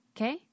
okay